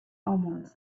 omens